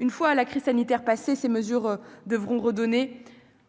Une fois la crise sanitaire passée, ces mesures devront redonner